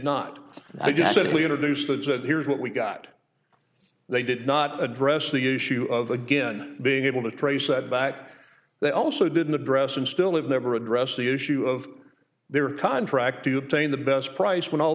said here's what we got they did not address the issue of again being able to trace that back they also didn't address and still have never addressed the issue of their contract to obtain the best price when all